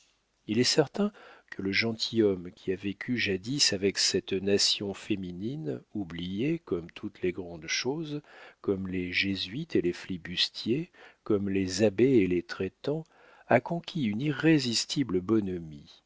il est certain que le gentilhomme qui a vécu jadis avec cette nation féminine oubliée comme toutes les grandes choses comme les jésuites et les flibustiers comme les abbés et les traitants a conquis une irrésistible bonhomie